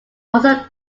also